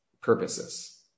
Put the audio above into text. purposes